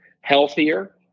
healthier